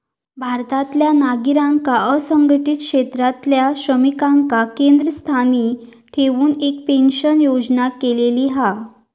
भारतातल्या नागरिकांका असंघटीत क्षेत्रातल्या श्रमिकांका केंद्रस्थानी ठेऊन एक पेंशन योजना केलेली हा